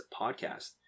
podcast